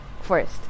first